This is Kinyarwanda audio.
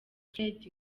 fred